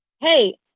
hey